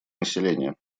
населения